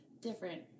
different